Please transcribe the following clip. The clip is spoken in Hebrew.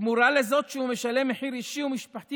בתמורה לזאת שהוא משלם מחיר אישי ומשפחתי